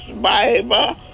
Bible